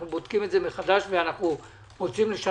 אנחנו בודקים את זה מחדש ורוצים לשנות,